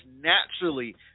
naturally